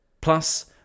Plus